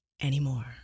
anymore